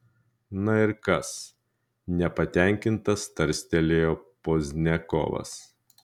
na ir kas nepatenkintas tarstelėjo pozdniakovas